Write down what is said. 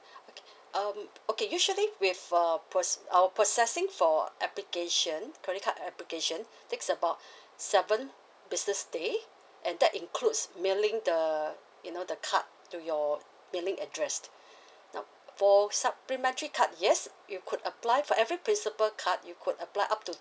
okay um okay usually with uh proc~ our processing for application credit card application takes about seven business day and that includes mailing the you know the card to your billing address now for supplementary card yes you could apply for every principal card you could apply up to